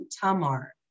Tamar